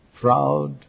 proud